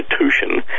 institution